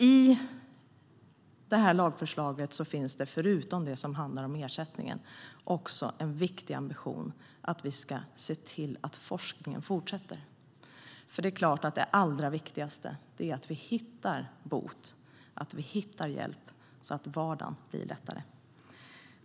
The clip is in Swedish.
I det här lagförslaget finns det, förutom det som handlar om ersättningen, också en viktig ambition att vi ska se till att forskningen fortsätter. Det är klart att det allra viktigaste är att vi hittar bot, att vi hittar hjälp så att vardagen blir lättare.